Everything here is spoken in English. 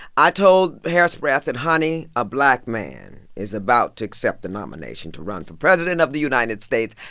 i told hairspray i said, honey, a black man is about to accept the nomination to run for president of the united states,